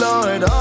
Lord